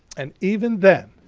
and even then,